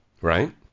Right